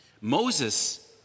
Moses